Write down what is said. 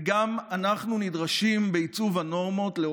וגם אנחנו נדרשים לאומץ לב בעיצוב הנורמות.